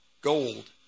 gold